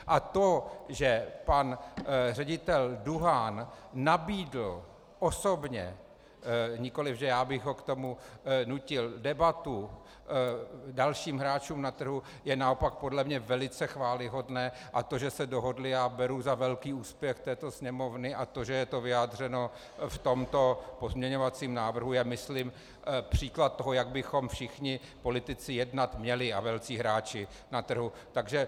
A to, že pan ředitel Duhan nabídl osobně nikoliv že já bych ho k tomu nutil debatu dalším hráčům na trhu, je naopak podle mne velice chvályhodné a to, že se dohodli, já beru za velký úspěch této Sněmovny a to, že je to vyjádřeno v tomto pozměňovacím návrhu, je, myslím, příklad toho, jak bychom všichni politici a velcí hráči na trhu jednat měli.